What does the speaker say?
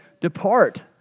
depart